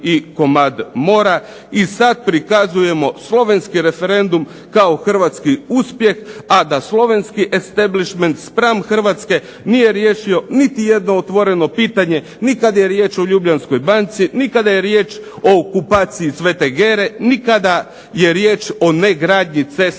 i sad prikazujemo slovenski referendum kao hrvatski uspjeh, a da slovenski esteblišment spram Hrvatske nije riješio niti jedno otvoreno pitanje, ni kad je riječ o Ljubljanskoj banci, ni kada je riječ o okupaciji Svete Gere, ni kada je riječ o negradnji cesta